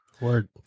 Word